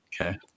Okay